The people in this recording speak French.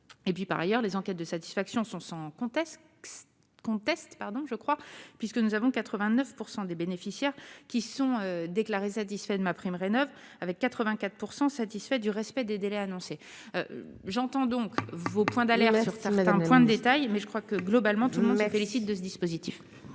par ailleurs, les enquêtes de satisfaction sont sans conteste conteste pardon je crois puisque nous avons 89 % des bénéficiaires qui sont déclarés satisfaits de ma prime rénove avec 84 % satisfaits du respect des délais annoncés, j'entends donc vos points d'alerte sur sa maison, point de détail mais je crois que globalement tout le monde est félicite de ce dispositif.